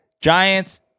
giants